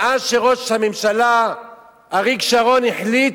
מאז שראש הממשלה אריק שרון החליט,